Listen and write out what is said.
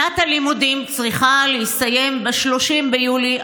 שנת הלימודים צריכה להסתיים ב-30 ביולי,